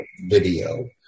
Video